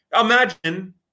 imagine